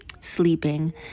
sleeping